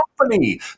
company